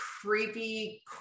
creepy